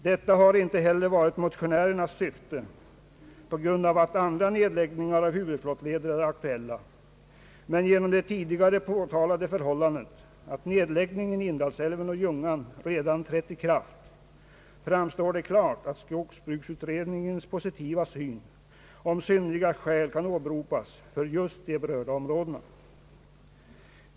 Detta har inte heller varit motionärernas syfte på grund av att andra nedläggningar av huvudflottleder är aktuella, men genom det tidigare påtalade förhållandet att nedläggningen i Indalsälven och Ljungan redan trätt i kraft, framstår det klart att skogsbruksutredningens positiva syn om synnerliga skäl kan åberopas för just de nu berörda områdena.